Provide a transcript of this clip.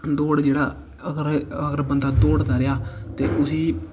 दौड़ जेह्ड़ा अगर अगर बंदा दौड़दा रेहा ते उस्सी